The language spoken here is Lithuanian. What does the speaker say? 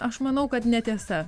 aš manau kad netiesa